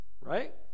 Right